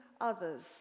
others